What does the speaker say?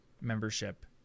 membership